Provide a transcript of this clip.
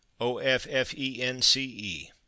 O-F-F-E-N-C-E